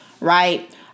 right